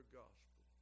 gospel